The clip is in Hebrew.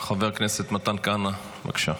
חבר הכנסת מתן כהנא, בבקשה.